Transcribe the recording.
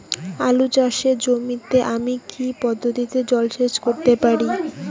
আলু চাষে জমিতে আমি কী পদ্ধতিতে জলসেচ করতে পারি?